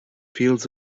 fields